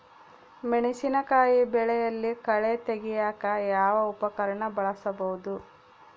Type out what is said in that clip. ಮೆಣಸಿನಕಾಯಿ ಬೆಳೆಯಲ್ಲಿ ಕಳೆ ತೆಗಿಯಾಕ ಯಾವ ಉಪಕರಣ ಬಳಸಬಹುದು?